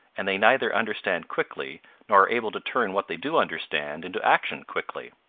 and they neither understand quickly nor are able to turn what they do understand into action quickly.